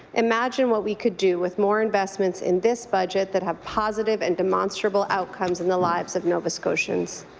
imagine what we could do with more investments in this budget that have positive and demonstrable outcomes in the lives of nova scotians.